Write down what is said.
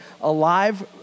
alive